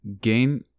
gain